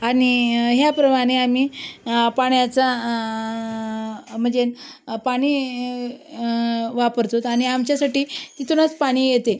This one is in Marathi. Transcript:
आणि ह्याप्रमाणे आम्ही पाण्याचा म्हणजे पाणी वापरतो आहोत आणि आमच्यासाठी तिथूनच पाणी येते आहे